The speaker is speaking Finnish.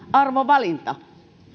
arvovalinta